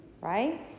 right